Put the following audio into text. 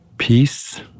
Peace